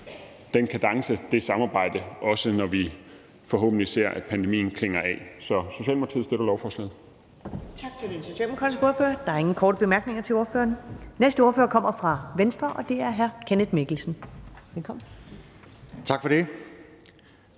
den kadence i samarbejdet, når vi forhåbentlig ser, at pandemien klinger af. Så Socialdemokratiet støtter lovforslaget.